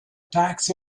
tax